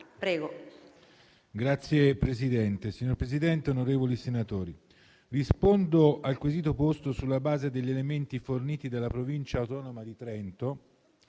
e le foreste*. Signor Presidente, onorevoli senatori, rispondo al quesito posto sulla base degli elementi forniti dalla Provincia autonoma di Trento.